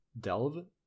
delve